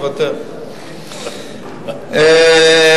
שהוצעו על-ידו בהצעה ביחס לעבירה של הפקרת אדם שנפגע בתאונה,